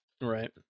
right